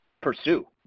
pursue